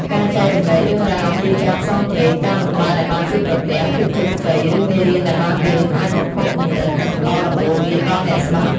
ការចែករំលែករឿងរ៉ាវអំពីការផ្សងព្រេង ការលំបាកដែលបានជួបប្រទះ ភាពជោគជ័យ ឬមេរៀនដែលបានរៀន អាចបំផុសគំនិត និងផ្ដល់ដំបូន្មានដល់អ្នកស្ដាប់។